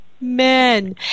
men